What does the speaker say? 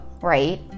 right